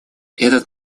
этот